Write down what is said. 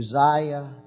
Uzziah